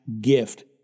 gift